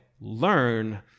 learn